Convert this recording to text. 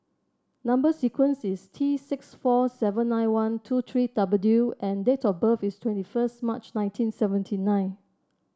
number sequence is T six four seven nine one two three W and date of birth is twenty first March nineteen seventy nine